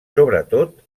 sobretot